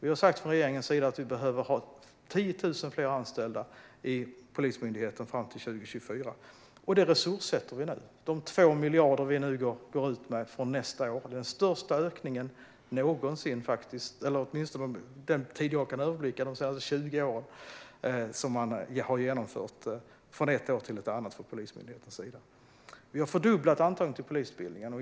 Vi har från regeringens sida sagt att vi behöver ha 10 000 fler anställda inom Polismyndigheten fram till 2024. Detta resurssätter vi nu. De 2 miljarder vi går ut med från och med nästa år är den största ökningen från ett år till ett annat någonsin vad gäller polisen, åtminstone under den tid jag kan överblicka: de senaste 20 åren. Vi har fördubblat antagningen till polisutbildningen.